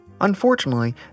Unfortunately